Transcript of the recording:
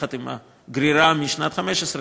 יחד עם הגרירה משנת 2015,